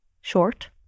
short